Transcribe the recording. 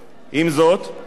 שר התחבורה הוסמך,